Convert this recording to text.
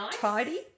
tidy